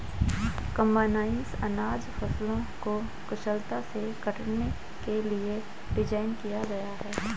combines अनाज फसलों को कुशलता से काटने के लिए डिज़ाइन किया गया है